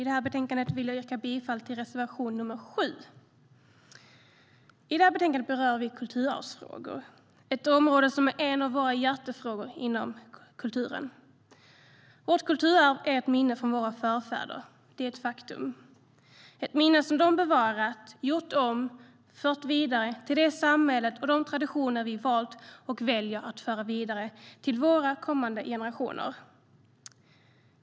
Herr talman! Jag vill yrka bifall till reservation 7. I betänkandet berör vi kulturarvsfrågor. Det är ett område som är en av våra hjärtefrågor inom kulturen. Vårt kulturarv är ett minne från våra förfäder - det är ett faktum. Det är ett minne som de har bevarat, gjort om och fört vidare till det samhälle och de traditioner som vi har valt och väljer att föra vidare till kommande generationer.